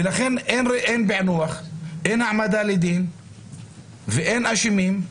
ולכן אין פענוח, אין העמדה לדין ואין אשמים,